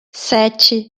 sete